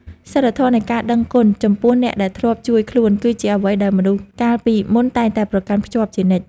សីលធម៌នៃការដឹងគុណចំពោះអ្នកដែលធ្លាប់ជួយខ្លួន គឺជាអ្វីដែលមនុស្សកាលពីមុនតែងតែប្រកាន់ខ្ជាប់ជានិច្ច។